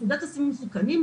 פקודת הסמים המסוכנים,